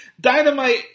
Dynamite